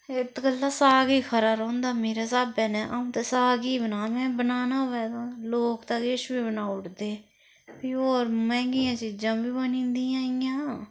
इत्त गल्लै साग ही खरा रौंह्दा मेरा स्हाबै ने आ'ऊं ते साग ही बनां में बनाना होऐ तां लोक ते किश बी बनाउड़दे फ्ही होर मैंह्गियां चीजां बी बनी जंदियां इ'यां